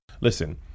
Listen